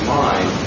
mind